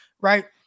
right